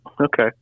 Okay